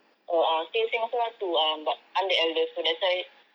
oh um still the same also lah two but um I'm the eldest so that's why